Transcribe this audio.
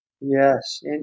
Yes